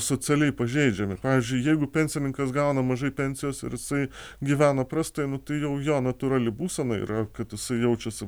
socialiai pažeidžiami pavyzdžiui jeigu pensininkas gauna mažai pensijos ir jisai gyvena prastai nu tai jau jo natūrali būsena yra kad jisai jaučiasi